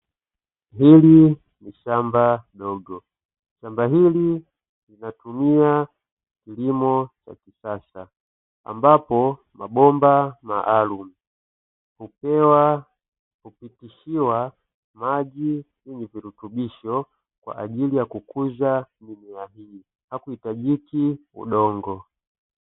Hili ni shamba dogo shamba hili linatumia kilimo cha kisasa, ambapo mabomba maalumu hupewa kupitishiwa maji yenye virutubisho, kwajili ya kukuza mimea hii hakuhitajiki udongo.